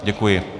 Děkuji.